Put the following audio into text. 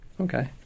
Okay